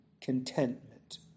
contentment